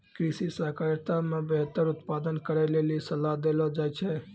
कृषि सहकारिता मे बेहतर उत्पादन करै लेली सलाह देलो जाय छै